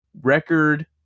record